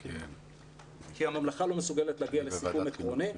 כי הממלכה לא מסוגלת להגיע לסיכום עקרוני.